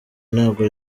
ntabwo